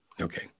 Okay